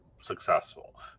successful